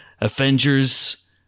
Avengers